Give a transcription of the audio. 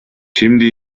şimdi